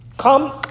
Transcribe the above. Come